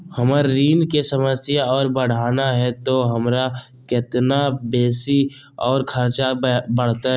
हमर ऋण के समय और बढ़ाना है तो हमरा कितना बेसी और खर्चा बड़तैय?